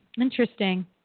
interesting